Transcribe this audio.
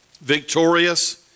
victorious